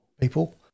people